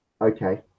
Okay